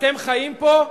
אתם חיים פה,